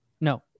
No